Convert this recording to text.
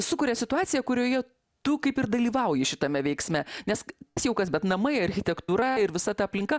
sukuria situaciją kurioje tu kaip ir dalyvauji šitame veiksme nes kas jau kas bet namai architektūra ir visa ta aplinka